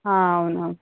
అవునవును